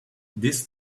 this